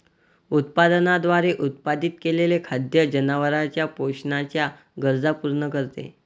उत्पादनाद्वारे उत्पादित केलेले खाद्य जनावरांच्या पोषणाच्या गरजा पूर्ण करते